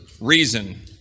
reason